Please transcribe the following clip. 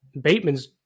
Bateman's